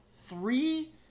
three